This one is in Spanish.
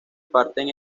parten